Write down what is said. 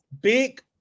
Big